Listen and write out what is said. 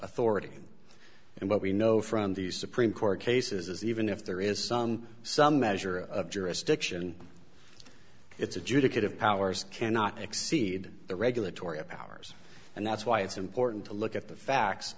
authority and what we know from these supreme court cases is even if there is some some measure of jurisdiction it's adjudicative powers cannot exceed the regulatory powers and that's why it's important to look at the facts